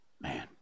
Man